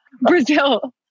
Brazil